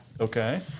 Okay